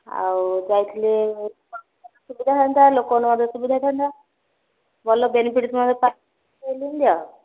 ଆଉ ଯାଇଥିଲି ସୁବିଧା ଥାନ୍ତା ଲୋକଙ୍କ ମଧ୍ୟ ସୁବିଧା ଥାନ୍ତା ଭଲ ବେନିଫିଟ୍ ଆଉ